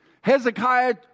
Hezekiah